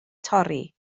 torri